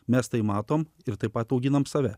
mes tai matome ir taip pat auginame save